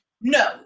No